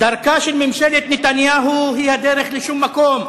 דרכה של ממשלת נתניהו היא הדרך לשום מקום.